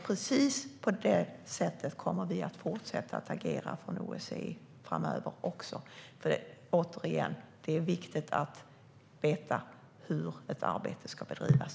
Precis på detta sätt kommer OSSE att fortsätta att agera också framöver. Återigen: Det är viktigt att veta hur ett arbete ska bedrivas.